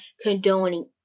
condoning